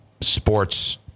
sports